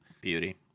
Beauty